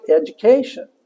education